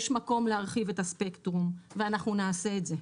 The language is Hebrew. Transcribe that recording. יש מקום להרחיב את הספקטרום, ואנחנו נעשה את זה.